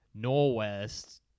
norwest